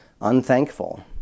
Unthankful